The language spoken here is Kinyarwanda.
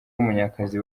munyakazi